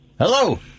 Hello